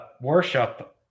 worship